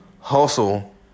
hustle